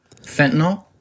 fentanyl